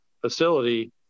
facility